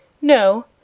No